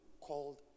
called